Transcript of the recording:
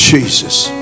Jesus